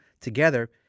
together